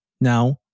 now